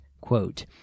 quote